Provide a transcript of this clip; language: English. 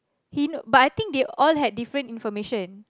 he know but I think they all had different information